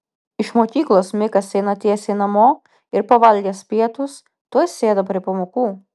iš mokyklos mikas eina tiesiai namo ir pavalgęs pietus tuoj sėda prie pamokų